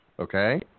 Okay